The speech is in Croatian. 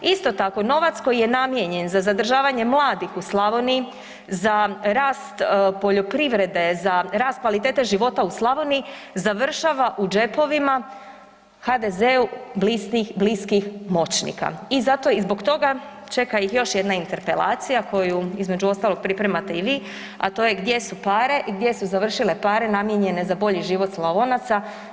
Isto tako, novac koji je namijenjen za zadržavanje mladih u Slavoniji, za rast poljoprivrede, za rast kvalitete života u Slavoniji, završava u džepovima HDZ-u bliskih moćnika i zato i zbog toga čeka ih još jedna interpelacija koju, između ostalog, pripremate i vi, a to je „gdje su pare“ i „gdje su završile pare“ namijenjene za bolji život Slavonaca.